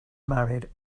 married